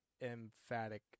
emphatic